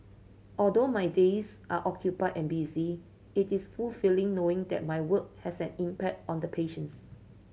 although my days are occupied and busy it is fulfilling knowing that my work has an impact on the patients